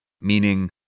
meaning